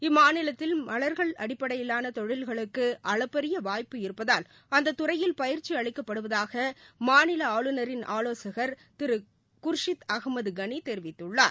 இம்மாநிலத்தில் மலர்கள் அடிப்படையிலான தொழில்களுக்கு அளப்பரிய வாய்ப்பு இருப்பதால் அந்த துறையில் பயிற்சி அளிக்கப்படுவதாக மாநில ஆளுநரின் ஆவோசகள் திரு குர்ஷித் அகமத் கனி தெரிவித்துள்ளார்